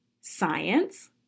science